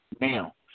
Now